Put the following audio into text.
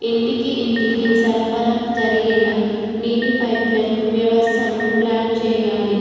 ఇంటికి ఇంటికి సరఫరా జరిగేలా నీటి పైప్లైన్ వ్యవస్థను ప్లాన్ చేయాలి